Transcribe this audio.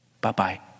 bye-bye